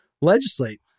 legislate